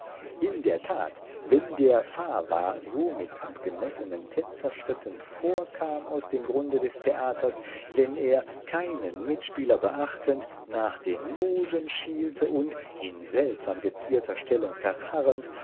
in der tat wenn der fava so mit abgemessenen tänzerschritten vorkam aus dem grunde des theaters wenn er keinen mitspieler beachtend nach den logen schielte und in seltsam gezierter stellung verharrend